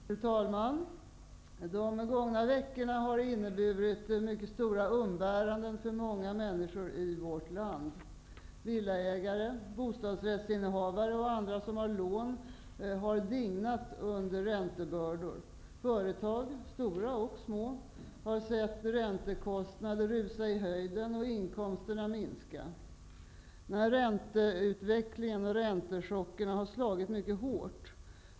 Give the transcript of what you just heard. Fru talman! De gångna veckorna har inneburit mycket stora umbäranden för många människor i vårt land. Villaägare, bostadsrättsinnehavare och andra som har lån har dignat under räntebördan. Företag, stora och små, har sett räntekostnaderna rusa i höjden och inkomsterna minska. Ränteutvecklingen har slagit mycket hårt.